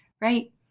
right